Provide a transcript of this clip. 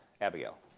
Abigail